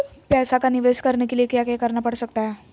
पैसा का निवेस करने के लिए क्या क्या करना पड़ सकता है?